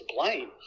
blame